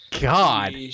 God